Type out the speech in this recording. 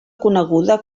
coneguda